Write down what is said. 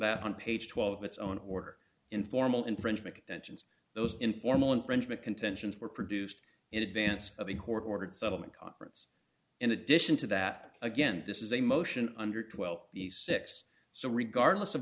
that on page twelve its own order informal infringement attentions those informal infringement contentions were produced in advance of a court ordered settlement conference in addition to that again this is a motion under twelve b six so regardless of